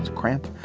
cramp.